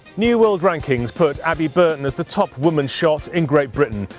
new world rankings put abbey burton as the top woman shot in great britain,